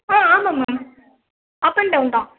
ஆ ஆமாம் ma'am up and down தான்